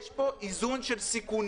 יש פה איזון של סיכונים.